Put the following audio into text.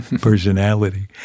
personality